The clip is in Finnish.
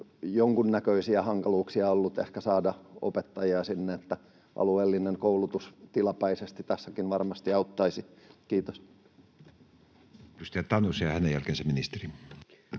jonkunnäköisiä hankaluuksia ollut ehkä saada opettajia sinne, ja alueellinen koulutus tilapäisesti tässäkin varmasti auttaisi. — Kiitos. Edustaja Tanus, ja hänen jälkeensä ministeri.